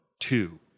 Two